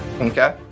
Okay